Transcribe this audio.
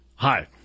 Hi